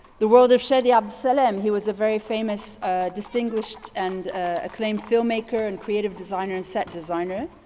the world of shadi abdel salam who was a very famous distinguished and acclaimed filmmaker and creative designer and set designer.